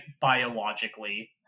biologically